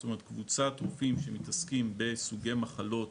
זאת אומרת קבוצת רופאים שמתעסקים בסוגי מחלות,